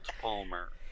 Palmer